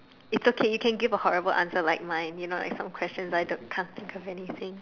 it's okay you can give a horrible answer like mine you know like some question I can't think of anything